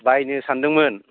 बायनो सानदोंमोन